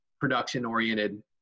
production-oriented